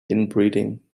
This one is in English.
inbreeding